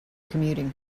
commuting